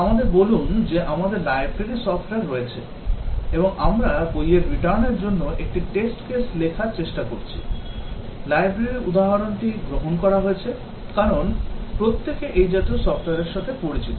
আমাদের বলুন যে আমাদের লাইব্রেরি সফটওয়্যার রয়েছে এবং আমরা বইয়ের রিটার্নের জন্য একটি test case লেখার চেষ্টা করছি লাইব্রেরির উদাহরণটি গ্রহণ করা হয়েছে কারণ প্রত্যেকে এই জাতীয় সফট্ওয়ারের সাথে পরিচিত